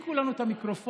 השתיקו לנו את המיקרופונים,